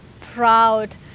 proud